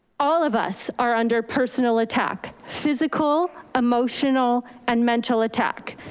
all of us are under personal attack, physical, emotional, and mental attack.